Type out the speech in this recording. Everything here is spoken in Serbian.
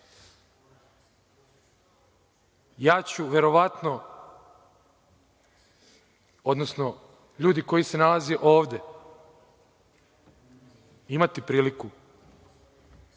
Ja ću verovatno, odnosno ljudi koji se nalaze ovde, imati priliku